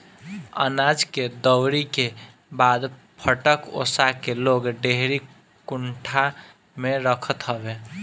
अनाज के दवरी के बाद फटक ओसा के लोग डेहरी कुंडा में रखत हवे